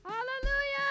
Hallelujah